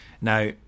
Now